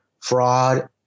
fraud